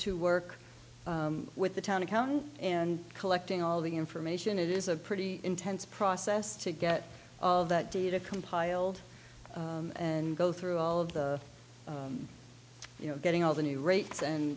to work with the town accounting and collecting all the information it is a pretty intense process to get that data compiled and go through all of the you know getting all the new rates and